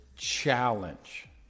challenge